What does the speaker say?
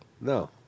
No